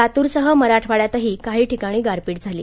लातूरसह मराठवाड़यातही काही ठिकाणी गारपीट झाली